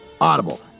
Audible